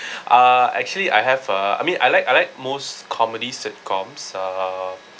uh actually I have uh I mean I like I like most comedy sitcoms uh